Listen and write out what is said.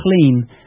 clean